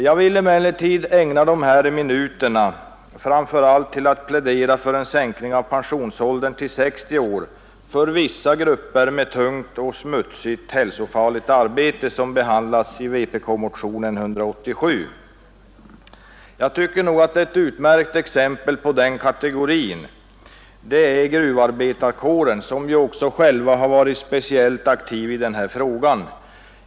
Jag vill emellertid ägna de här minuterna åt att framför allt plädera för den sänkning av pensionsåldern till 60 år för vissa grupper med tungt, smutsigt och hälsofarligt arbete som behandlas i vpk-motionen 1972:187. Ett utmärkt exempel på ifrågavarande kategori är enligt min mening gruvarbetarkåren som ju också själv har varit speciellt aktiv i denna fråga.